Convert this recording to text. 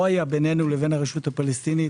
לא היה בינינו לרשות הפלסטינית